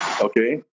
okay